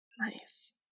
Nice